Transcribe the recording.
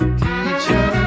teacher